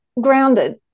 grounded